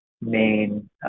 main